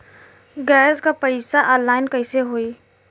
Gas क पैसा online कइसे होई?